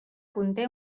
conté